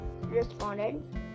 responded